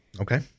Okay